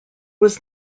was